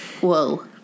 Whoa